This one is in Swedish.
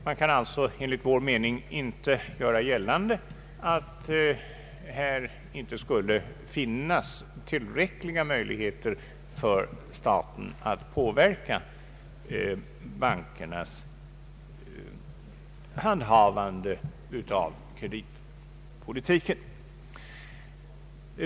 Man kan enligt vår mening inte göra gällande att staten inte skulle ha tillräckliga möjligheter att påverka bankernas handhavande av kreditpolitiken.